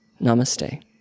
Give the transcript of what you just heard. Namaste